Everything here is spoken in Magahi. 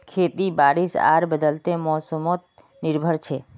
खेती बारिश आर बदलते मोसमोत निर्भर छे